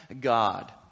God